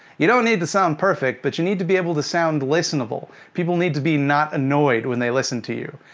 you don't need to sound perfect, but you need to be able to sound listenable. people need to be not annoyed, when they listen to you.